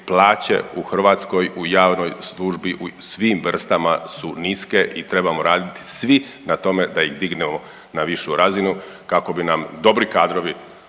plaće u Hrvatskoj u javnoj službi u svim vrstama su niske i trebamo raditi svi na tome da ih dignemo na višu razinu kako bi nam dobri kadrovi